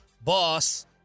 boss